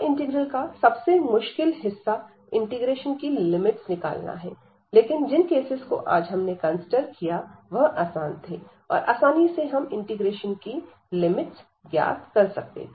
double integral का सबसे मुश्किल हिस्सा इंटीग्रेशन की लिमिट्स निकालना है लेकिन जिन केसेस को आज हमने कंसिडर किया वह आसान थे और आसानी से हम इंटीग्रेशन की लिमिट्स ज्ञात कर सकते थे